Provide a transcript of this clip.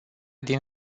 din